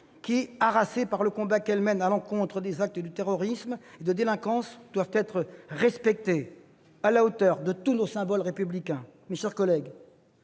qui, harassées par le combat qu'elles mènent à l'encontre des actes de terrorisme et de délinquance, doivent être respectées à la hauteur de tous nos symboles républicains.